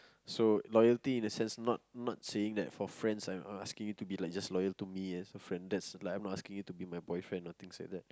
so loyalty in the sense not not saying that for friends I I'm asking you to be just loyal to me as a friend that's like I'm not asking you to be my boyfriend or things like that